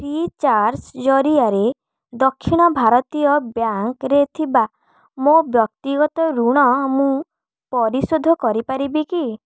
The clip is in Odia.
ଫ୍ରି ଚାର୍ଜ ଜରିଆରେ ଦକ୍ଷିଣ ଭାରତୀୟ ବ୍ୟାଙ୍କରେ ଥିବା ମୋ ବ୍ୟକ୍ତିଗତ ଋଣ ମୁଁ ପରିଶୋଧ କରିପାରିବି କି